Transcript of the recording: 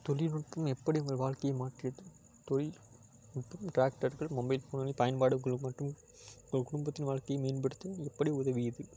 தொழில்நுட்பம் எப்படி உங்கள் வாழ்க்கையை மாற்றியது தொழில்நுட்பம் ட்ராக்டர்கள் மொபைல் ஃபோன்களின் பயன்பாடு உங்கள் மற்றும் உங்கள் குடும்பத்தின் வாழ்க்கையை மேம்படுத்த எப்படி உதவியது